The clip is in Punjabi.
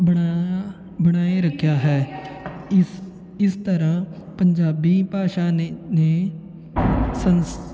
ਬਣਾਇਆ ਬਣਾਏ ਰੱਖਿਆ ਹੈ ਇਸ ਇਸ ਤਰ੍ਹਾਂ ਪੰਜਾਬੀ ਭਾਸ਼ਾ ਨੇ ਸੰਸ